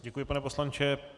Děkuji, pane poslanče.